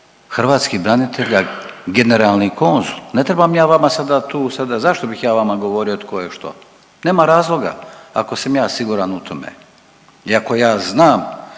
hrvatskih branitelja, generalni konzul, ne trebam ja vama sada tu sada, zašto bih ja vama govorio tko je što? Nema razloga ako sam ja siguran u tome i ako ja znam